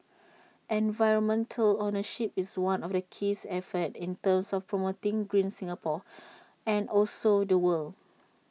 environmental ownership is one of the keys efforts in terms of promoting green Singapore and also the world